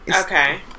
Okay